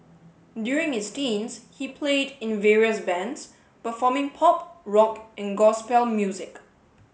during his teens he played in various bands performing pop rock and gospel music